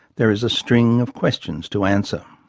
there is a string of questions to answer.